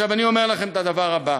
עכשיו אני אומר לכם את הדבר הבא: